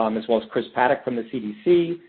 um as well as chris paddock from the cdc.